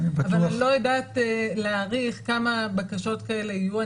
אבל אני לא יודעת להעריך כמה בקשות כאלה יהיו.